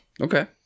Okay